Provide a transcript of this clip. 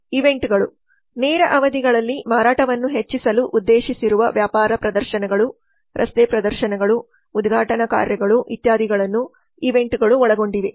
ಈವೆಂಟ್ಗಳು ನೇರ ಅವಧಿಗಳಲ್ಲಿ ಮಾರಾಟವನ್ನು ಹೆಚ್ಚಿಸಲು ಉದ್ದೇಶಿಸಿರುವ ವ್ಯಾಪಾರ ಪ್ರದರ್ಶನಗಳು ರಸ್ತೆ ಪ್ರದರ್ಶನಗಳು ಉದ್ಘಾಟನಾ ಕಾರ್ಯಗಳು ಇತ್ಯಾದಿಗಳನ್ನು ಈವೆಂಟ್ಗಳು ಒಳಗೊಂಡಿವೆ